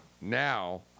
now